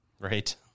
Right